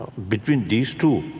ah between these two,